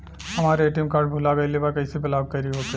हमार ATM card भूला गईल बा कईसे ब्लॉक करी ओके?